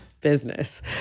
business